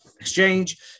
exchange